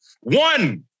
One